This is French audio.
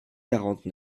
quarante